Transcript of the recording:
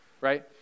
right